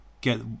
get